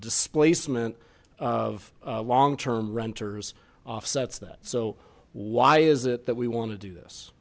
displacement of long term renters offsets that so why is it that we want to do this